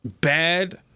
bad